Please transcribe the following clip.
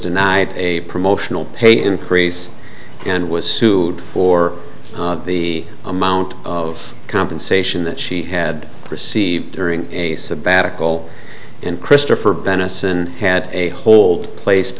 denied a promotional pay increase and was sued for the amount of compensation that she had received during a sabbatical and christopher benison had a hold placed